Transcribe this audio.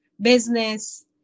business